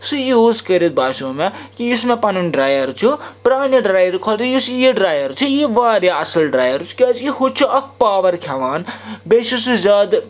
سُہ یوٗز کٔرِتھ باسیٛو مےٚ کہِ یُس مےٚ پَنُن ڈرٛایَر چھُ پرٛانہِ ڈرٛایَرٕ کھۄتہٕ یُس یہِ ڈرٛایَر چھُ یہِ واریاہ اصٕل ڈرٛایَر چھُ کیٛازِ کہِ ہُۄ چھُ اکھ پاوَر کھیٚوان بیٚیہِ چھُ سُہ زیادٕ